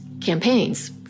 campaigns